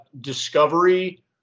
discovery